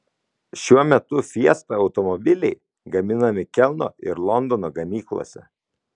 šiuo metu fiesta automobiliai gaminami kelno ir londono gamyklose